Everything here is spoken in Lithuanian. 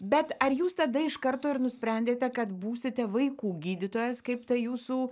bet ar jūs tada iš karto ir nusprendėte kad būsite vaikų gydytojas kaip ta jūsų